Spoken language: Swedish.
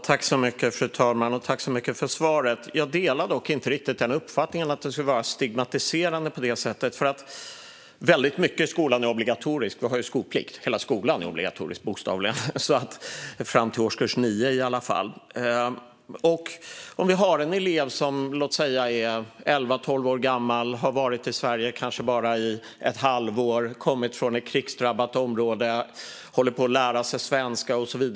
Fru talman! Jag tackar så mycket för svaret. Jag delar dock inte riktigt uppfattningen att det skulle vara stigmatiserande på det sättet. Väldigt mycket i skolan är ju obligatoriskt. Vi har skolplikt. Hela skolan är obligatorisk - bokstavligen - i alla fall fram till årskurs 9. Låt oss säga att vi har en elev som är elva eller tolv år gammal och som kanske har varit i Sverige i bara ett halvår. Eleven har kommit från ett krigsdrabbat område och håller på att lära sig svenska och så vidare.